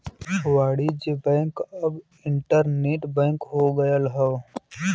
वाणिज्य बैंक अब internet bank हो गयल हौ